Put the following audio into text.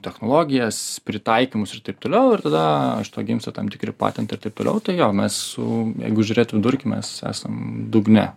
technologijas pritaikymus ir taip toliau ir tada iš to gimsta tam tikri patentai ir taip toliau tai jo mes su jeigu žiūrėt vidurkį mes esam dugne